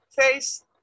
face